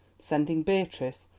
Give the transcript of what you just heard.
sending beatrice,